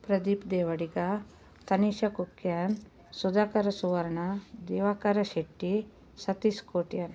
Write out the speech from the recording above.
Pradeep Devadiga Tanisha Kukyan Sudhakara Suvarna Divakara Shetty Satish Kotian